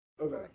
Okay